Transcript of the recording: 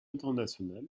international